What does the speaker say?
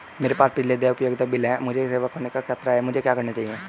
मेरे पास पिछले देय उपयोगिता बिल हैं और मुझे सेवा खोने का खतरा है मुझे क्या करना चाहिए?